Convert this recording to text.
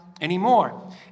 anymore